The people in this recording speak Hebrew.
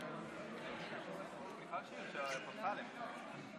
שלוש דקות לרשותך.